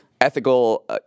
ethical